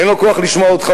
אין לו כוח לשמוע אותך,